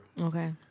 Okay